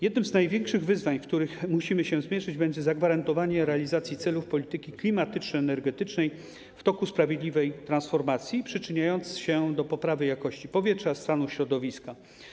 Jednym z największych wyzwań, z którymi musimy się zmierzyć, będzie zagwarantowanie realizacji celów polityki klimatyczno-energetycznej w toku sprawiedliwej transformacji, przyczyniające się do poprawy jakości powietrza i stanu środowiska.